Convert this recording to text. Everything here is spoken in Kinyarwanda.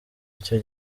icyo